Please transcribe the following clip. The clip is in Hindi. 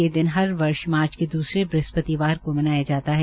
ये दिन हर वर्ष मार्च के दूसरे वृहस्पतिवार को मनाया जाता है